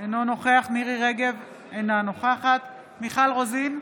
אינו נוכח מירי מרים רגב, אינה נוכחת מיכל רוזין,